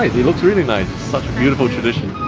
it looks really nice. such a beautiful tradition.